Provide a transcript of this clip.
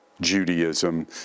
Judaism